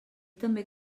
també